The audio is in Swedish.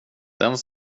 den